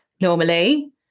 normally